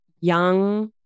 young